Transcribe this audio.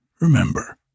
Remember